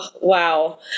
wow